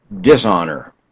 dishonor